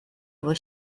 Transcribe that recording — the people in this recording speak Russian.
его